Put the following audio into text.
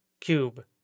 cube